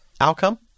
outcome